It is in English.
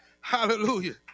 Hallelujah